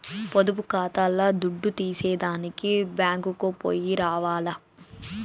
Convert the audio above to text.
పొదుపు కాతాల్ల దుడ్డు తీసేదానికి బ్యేంకుకో పొయ్యి రావాల్ల